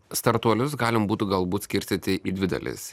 startuolius galima būtų galbūt skirstyti į dvi dalis